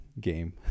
game